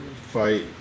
fight